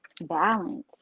Balance